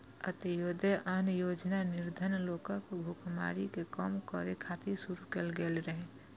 अंत्योदय अन्न योजना निर्धन लोकक भुखमरी कें कम करै खातिर शुरू कैल गेल रहै